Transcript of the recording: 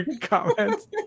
comments